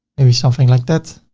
maybe something like that.